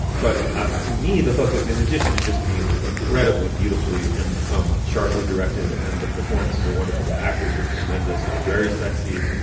but ah to me, the hook is in addition to just being incredibly beautifully and um sharply directed. and the performances are wonderful. the actors are tremendous. it's very sexy,